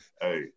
hey